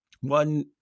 One